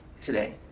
today